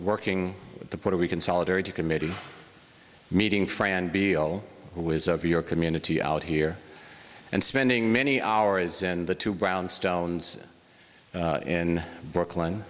working the puerto rican solidarity committee meeting friend below was of your community out here and spending many hours in the two brownstones in brooklyn